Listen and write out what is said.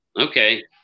okay